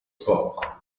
sports